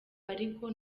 ariko